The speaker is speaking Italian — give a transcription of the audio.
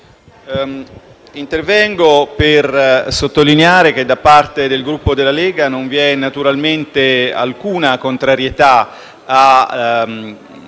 intervengo per sottolineare che da parte del Gruppo della Lega non vi è, naturalmente, alcuna contrarietà a